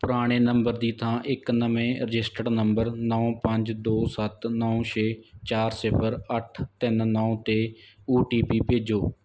ਪੁਰਾਣੇ ਨੰਬਰ ਦੀ ਥਾਂ ਇੱਕ ਨਵੇਂ ਰਜਿਸਟਰਡ ਨੰਬਰ ਨੌਂ ਪੰਜ ਦੋ ਸੱਤ ਨੌਂ ਛੇ ਚਾਰ ਸਿਫ਼ਰ ਅੱਠ ਤਿੰਨ ਨੌਂ 'ਤੇ ਓ ਟੀ ਪੀ ਭੇਜੋ